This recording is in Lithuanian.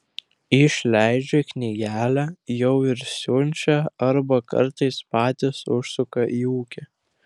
išleidžia knygelę jau ir siunčia arba kartais patys užsuka į ūkį